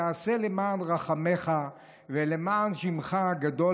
שתעשה למען רחמיך ולמען שמך הגדול,